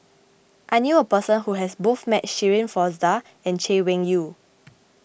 I knew a person who has met both Shirin Fozdar and Chay Weng Yew